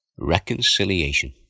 reconciliation